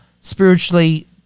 spiritually